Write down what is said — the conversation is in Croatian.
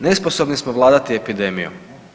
Nesposobni smo vladati epidemijom.